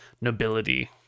nobility